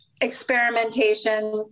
experimentation